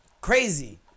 crazy